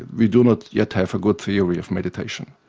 we do not yet have a good theory of meditation.